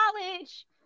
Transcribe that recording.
college